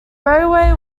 railway